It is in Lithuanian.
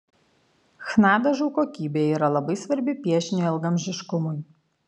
chna dažų kokybė yra labai svarbi piešinio ilgaamžiškumui